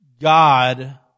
God